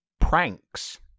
Pranks